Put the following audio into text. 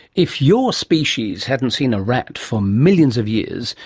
if your species hadn't seen a rat for millions of years,